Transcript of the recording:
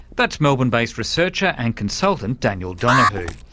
that's melbourne-based researcher and consultant daniel donahoo,